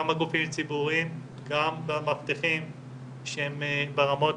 גם בגופים ציבוריים גם במאבטחים שהם ברמות